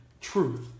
truth